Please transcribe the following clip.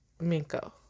Minko